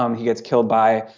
um he gets killed by.